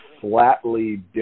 flatly